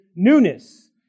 newness